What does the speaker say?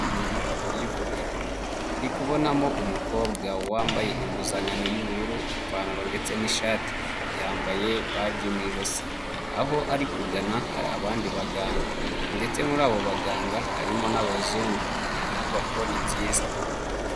Ni inyubako y'ivuriro, turi kubonamo umukobwa wambaye impuzankano y'ubururu, ipantaro ndetse n'ishati, yambaye baji mu ijosi aho ari kugana hari abandi baganga ndetse muri abo baganga harimo n'abazungu, inyubako ni nziza.